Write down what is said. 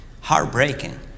heartbreaking